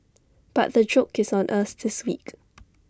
but the joke is on us this week